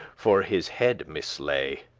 for his head mislay.